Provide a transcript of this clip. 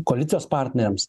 koalicijos partneriams